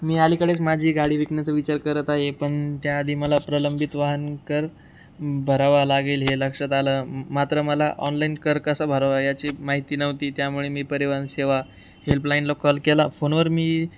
मी अलीकडेच माझी गाडी विकण्याचा विचार करत आहे पण त्या आधी मला प्रलंबित वाहन कर भरावा लागेल हे लक्षात आलं मात्र मला ऑनलाईन कर कसा भरावा याची माहिती नव्हती त्यामुळे मी परिवहन सेवा हेल्पलाईनला कॉल केला फोनवर मी